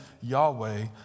Yahweh